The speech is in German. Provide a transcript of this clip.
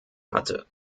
hatte